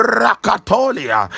rakatolia